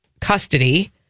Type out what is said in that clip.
custody